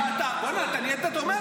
אתה ואתה ואתה.